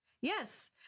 Yes